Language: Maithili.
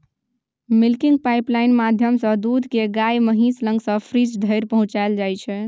मिल्किंग पाइपलाइन माध्यमसँ दुध केँ गाए महीस लग सँ फ्रीज धरि पहुँचाएल जाइ छै